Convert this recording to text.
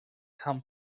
come